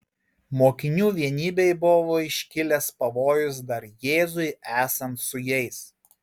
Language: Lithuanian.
mokinių vienybei buvo iškilęs pavojus dar jėzui esant su jais